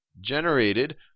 generated